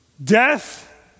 Death